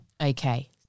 Okay